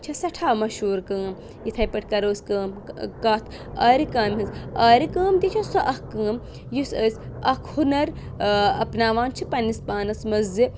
چھےٚ سٮ۪ٹھاہ مَشہوٗر کٲم یِتھَے پٲٹھۍ کَرو أسۍ کٲم کَتھ آرِ کامہِ ہِنٛز آرِ کٲم تہِ چھےٚ سۄ اَکھ کٲم یُس أسۍ اَکھ ہُنَر اَپناوان چھِ پنٛنِس پانَس منٛز زِ